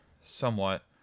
somewhat